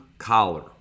collar